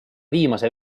viimase